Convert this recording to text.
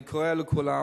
אני קורא לכולם,